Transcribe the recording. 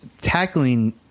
tackling